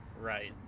Right